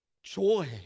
Joy